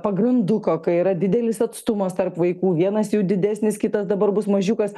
pagranduko kai yra didelis atstumas tarp vaikų vienas jų didesnis kitas dabar bus mažiukas